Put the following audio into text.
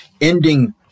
ending